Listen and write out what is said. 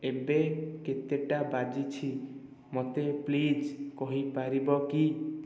ଏବେ କେତେଟା ବାଜିଛି ମୋତେ ପ୍ଳିଜ୍ କହିପାରିବ କି